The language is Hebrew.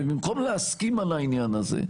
ובמקום להסכים על העניין הזה,